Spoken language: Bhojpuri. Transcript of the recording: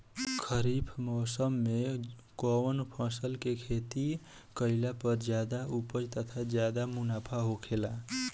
खरीफ़ मौसम में कउन फसल के खेती कइला पर ज्यादा उपज तथा ज्यादा मुनाफा होखेला?